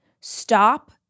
Stop